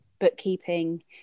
bookkeeping